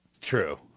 True